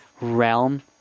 realm